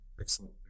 excellent